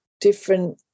different